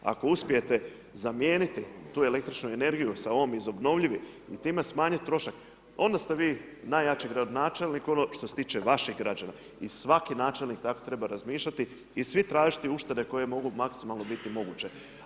Ako uspijete zamijeniti tu električnu energiju sa ovom iz obnovljivih i time smanjiti trošak, onda ste vi najjači gradonačelnik što se tiče vaših građana i svaki načelnik tako treba razmišljati i svi tražiti uštede koje mogu maksimalno biti moguće.